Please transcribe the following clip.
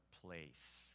place